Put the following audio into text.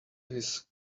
his